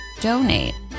donate